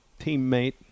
teammate